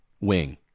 wing